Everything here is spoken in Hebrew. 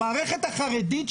המערכת החרדית,